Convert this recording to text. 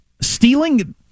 stealing